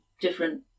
different